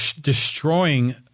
destroying